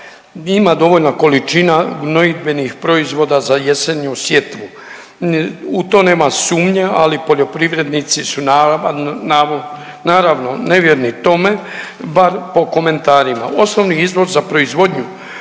ima dovoljna količina gnojidbenih proizvoda za jesenju sjetvu. U to nema sumnje, ali poljoprivrednici su naravno nevjerni Tome bar po komentarima. Osnovni …/Govornik